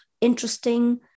interesting